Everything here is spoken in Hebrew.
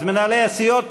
אז מנהלי הסיעות,